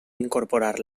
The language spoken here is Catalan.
incorporar